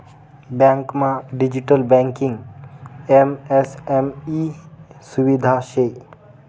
बँकमा digital banking MSME सुविधा शे